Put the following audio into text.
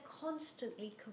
constantly